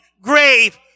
grave